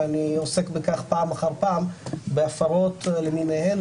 ואני עוסק בכך פעם אחר פעם בהפרות למיניהן,